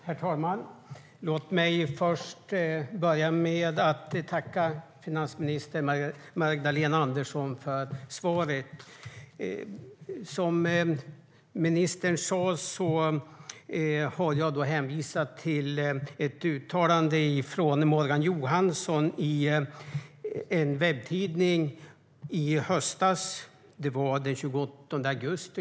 Herr talman! Låt mig börja med att tacka finansminister Magdalena Andersson för svaret. Som ministern sa har jag hänvisat till ett uttalande av Morgan Johansson i en webbtidning i höstas, den 28 augusti.